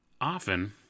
often